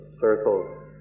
circles